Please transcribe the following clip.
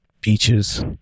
beaches